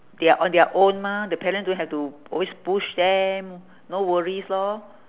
they are on their own mah the parent don't have to always push them no worries lor